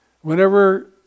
Whenever